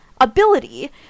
ability